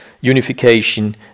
unification